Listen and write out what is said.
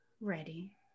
ready